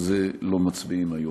על זה לא מצביעים היום.